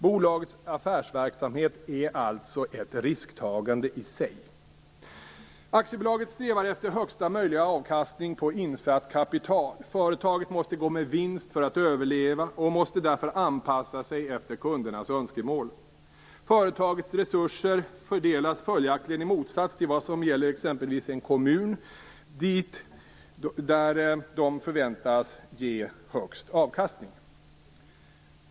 Bolagets affärsverksamhet är alltså ett risktagande i sig. Aktiebolaget strävar efter högsta möjliga avkastning på insatt kapital. Företaget måste gå med vinst för att överleva och måste därför anpassa sig efter kundernas önskemål. Företagets resurser fördelas följaktligen - i motsats till vad som gäller exempelvis en kommun - dit där de förväntas ge högst avkastning.